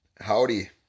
Howdy